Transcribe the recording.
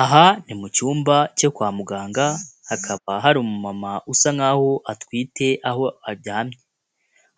Aha ni mu cyumba cyo kwa muganga hakaba hari umumama usa nk'aho atwite aho aryamye.